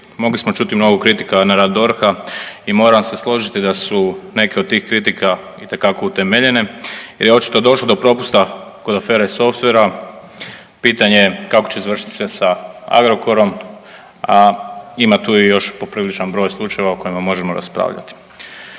mogli smo čuti mnogo kritika na rad DORH-a i moram se složiti da su neke od tih kritika itekako utemeljene jer je očito došlo do propusta kod afere Softvera, pitanje kako će završiti sve sa Agrokorom, a ima tu i još popriličan broj slučajeva o kojima možemo raspravljati.